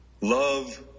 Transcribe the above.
love